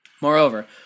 Moreover